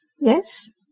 Yes